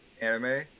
anime